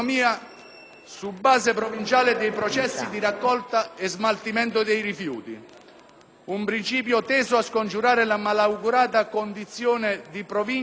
su base provinciale dei processi di raccolta e smaltimento dei rifiuti, un principio teso a scongiurare la malaugurata condizione di Province